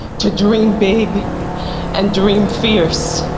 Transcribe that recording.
to dream big and dream fierce.